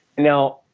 now,